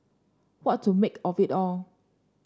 what to make of it all